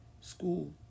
school